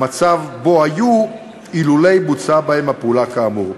למצב שבו היו אילולא בוצעה בהם הפעולה כאמור.